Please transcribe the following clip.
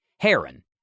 Heron